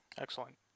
Excellent